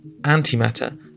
antimatter